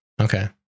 Okay